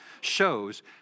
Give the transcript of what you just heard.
shows